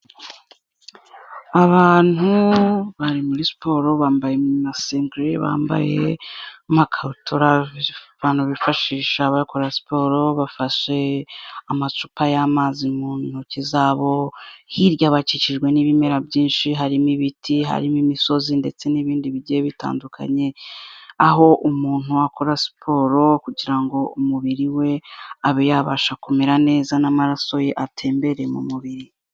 Abantu bari muri siporo bambaye amasengre, bambaye n'amakabutura abantu bifashisha bakora siporo, bafashe amacupa y'amazi mu ntoki zabo, hirya bakikijwe n'ibimera byinshi harimo: ibiti, harimo imisozi ndetse n'ibindi bigiye bitandukanye, aho umuntu akora siporo kugira ngo umubiri we, abe yabasha kumera neza n'amaraso ye atembereye mu mubiri.